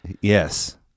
Yes